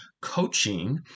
coaching